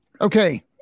Okay